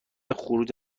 خروج